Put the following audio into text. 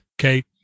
Okay